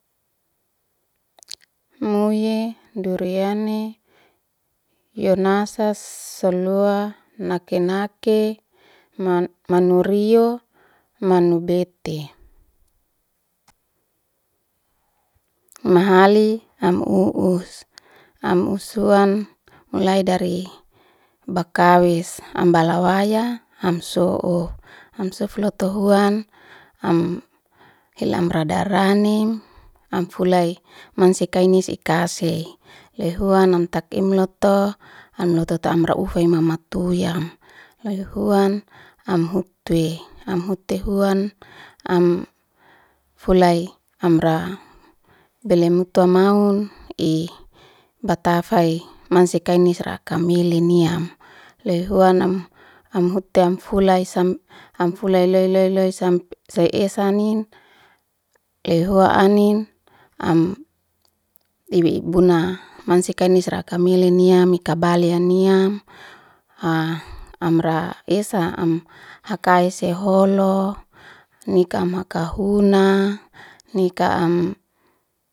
Muye duriyane yonasa seloa nake nake man- manurio manubete mahali am u'us am uswan mulai dari bakawis am balawaya am so'u, am sof lotu huan am hil am radaranim am fulay mansia kaini sikasi loy huan am tak im loto anhuta tata amra ufay mamatuya, loy huan am hutwe, am hutwe haun am fualy amra belem muto amaun i abtafai mansia kainis raka mili niam, loy huan am am hute am fulay sam am fulay loy loy loy loy se esanim ehua anin am ibuna mansia kainis raka mele niam mika balya niam amra esa am hakay seholo nikama kahuna nika am.